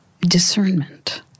discernment